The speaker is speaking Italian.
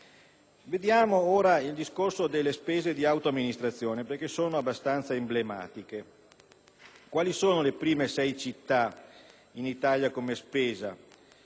Veniamo ora al discorso delle spese di autoamministrazione, perché queste sono abbastanza emblematiche. Quali sono le prime sei città in Italia in